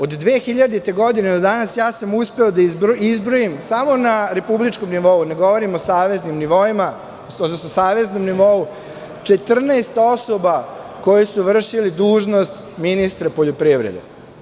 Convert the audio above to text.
Od 2000. godine do danas uspeo sam da izbrojim samo na republičkom nivou, ne govorim o saveznim nivoima, četrnaest osoba koje su vršile dužnost ministra poljoprivrede.